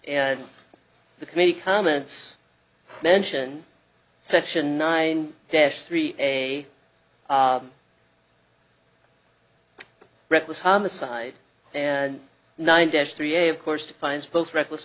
and the committee comments mention section nine dash three a reckless homicide and nine dash three a of course defines both reckless